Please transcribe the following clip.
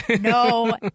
no